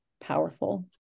powerful